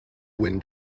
when